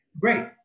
great